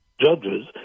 judges